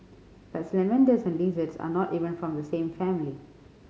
but salamanders and lizards are not even from the same family